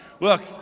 Look